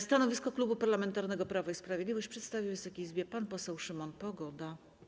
Stanowisko Klubu Parlamentarnego Prawo i Sprawiedliwość przedstawi Wysokiej Izbie pan poseł Szymon Pogoda.